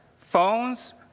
phones